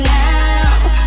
now